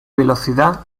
velocidad